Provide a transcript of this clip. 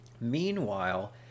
Meanwhile